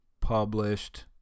published